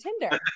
Tinder